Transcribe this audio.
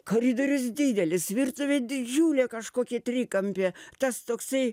koridorius didelis virtuvė didžiulė kažkokia trikampė tas toksai